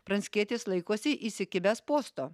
pranckietis laikosi įsikibęs posto